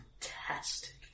Fantastic